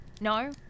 No